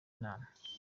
nama